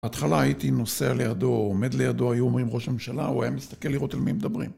בהתחלה הייתי נוסע לידו, עומד לידו, היו אומרים ראש הממשלה, הוא היה מסתכל לראות אל מי מדברים